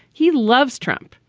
he loves trump.